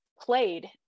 played